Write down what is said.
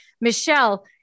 Michelle